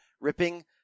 Ripping